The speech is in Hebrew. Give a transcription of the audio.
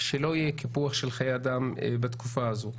שלא יהיה קיפוח של חיי אדם בתקופה הזאת.